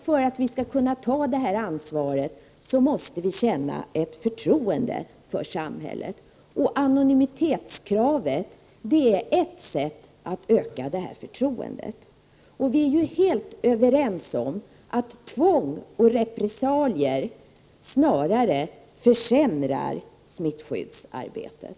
För att vi skall kunna ta ansvar måste vi känna förtroende för samhället. Anonymitetskravet är ett sätt att öka förtroendet. Vi är helt överens om att tvång och repressalier snarare försämrar smittskyddsarbetet.